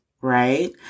right